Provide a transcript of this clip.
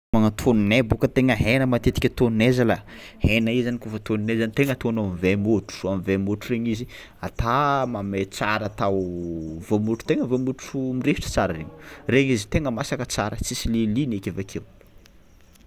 Magnato aminay bôka tegna hena matetiky atononay zalahy, hena io zany kaofa atononay zany tegna ataonao am'vay môtro am'vay môtro regny izy ata mamay tsara atao voamotro tegna voamotro mirehitry tsara regny, regny izy tegna masaka tsara tsisy lialiany eky avy akeo.